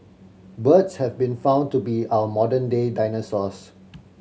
birds have been found to be our modern day dinosaurs